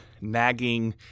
nagging